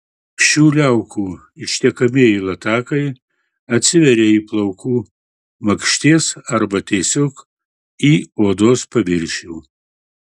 šių liaukų ištekamieji latakai atsiveria į plaukų makšties arba tiesiog į odos paviršių